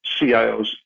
CIOs